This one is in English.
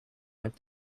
went